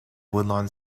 woodlawn